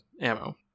ammo